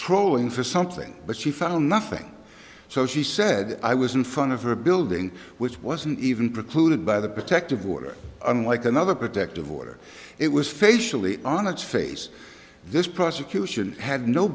trolling for something but she found nothing so she said i was in front of a building which wasn't even precluded by the protective order unlike another protective order it was facially on its face this prosecution had no